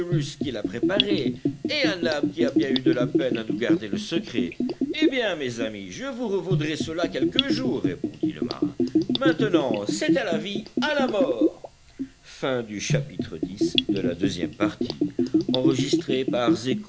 qui l'a préparée et à nab qui a eu bien de la peine à nous garder le secret eh bien mes amis je vous revaudrai cela quelque jour répondit le marin maintenant c'est à la vie à la mort